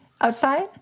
outside